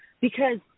because-